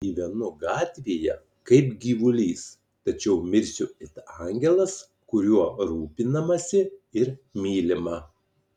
gyvenau gatvėje kaip gyvulys tačiau mirsiu it angelas kuriuo rūpinamasi ir mylima